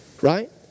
Right